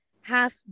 half